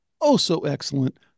oh-so-excellent